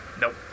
Nope